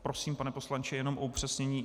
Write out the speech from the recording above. Prosím, pane poslanče, jenom pro upřesnění.